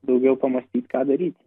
daugiau pamąstyt ką daryti